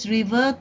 River